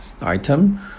item